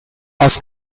aus